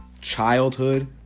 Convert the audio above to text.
childhood